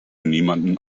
niemandem